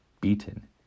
beaten